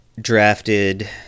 drafted